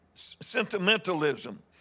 Sentimentalism